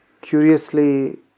curiously